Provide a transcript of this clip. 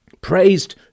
praised